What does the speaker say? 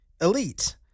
elite